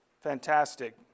Fantastic